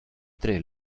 tre